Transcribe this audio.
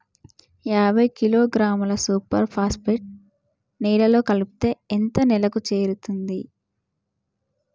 యాభై కిలోగ్రాముల super phosphate నేలలో కలిపితే ఎంత నేలకు చేరుతది?